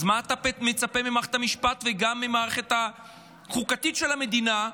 אז מה אתה מצפה ממערכת המשפט וגם מהמערכת החוקתית של המדינה,